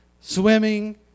swimming